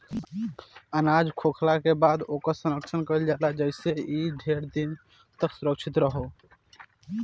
अनाज होखला के बाद ओकर संरक्षण कईल जाला जेइसे इ ढेर दिन तक सुरक्षित रहो